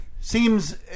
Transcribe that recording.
Seems